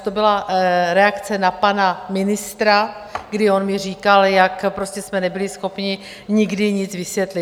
To byla reakce na pana ministra, kdy on mi říkal, jak prostě jsme nebyli schopni nikdy nic vysvětlit.